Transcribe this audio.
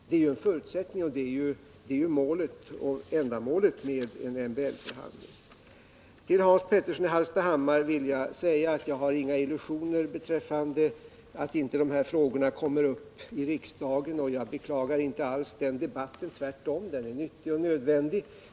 Det är ju en förutsättning, och det är målet för och ändamålet med en MBL-förhandling. Till Hans Petersson i Hallstahammar vill jag säga att jag har inga illusioner om att dessa frågor inte kommer upp i riksdagen, och jag beklagar inte alls denna debatt. Tvärtom, den är nyttig och nödvändig.